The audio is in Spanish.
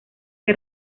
que